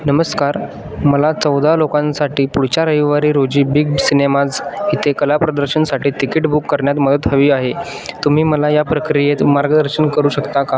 नमस्कार मला चौदा लोकांसाठी पुढच्या रविवारी रोजी बिग सिनेमाज इथे कला प्रदर्शनसाठी तिकीट बुक करण्यात मदत हवी आहे तुम्ही मला या प्रक्रियेत मार्गदर्शन करू शकता का